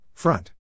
Front